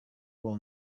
will